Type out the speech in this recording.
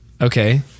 Okay